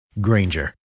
Granger